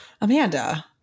Amanda